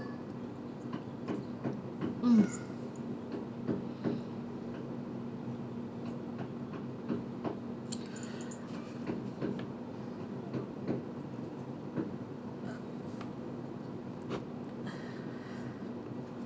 um